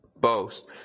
boast